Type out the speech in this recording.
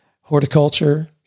horticulture